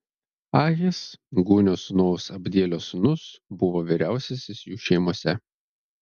ahis gūnio sūnaus abdielio sūnus buvo vyriausiasis jų šeimose